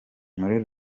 muri